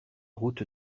route